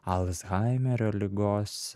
alzhaimerio ligos